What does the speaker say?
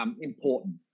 important